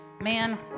Man